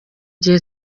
gihe